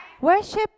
worship